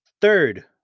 Third